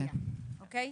זהו,